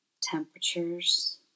temperatures